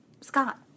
Scott